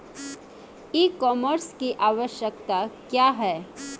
ई कॉमर्स की आवशयक्ता क्या है?